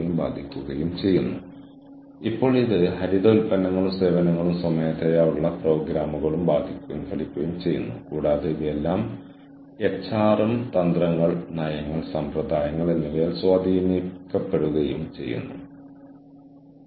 flexible resourcing model എന്നത് സ്ഥാപനത്തിന്റെ തലത്തിൽ എച്ച്ആർഎം സമ്പ്രദായങ്ങൾ നിലനിൽക്കുന്ന ഒരു മാതൃകയെ സൂചിപ്പിക്കുന്നു